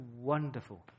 wonderful